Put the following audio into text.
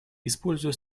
используя